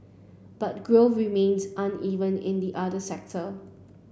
but growth remains uneven in the other sector